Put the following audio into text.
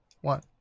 one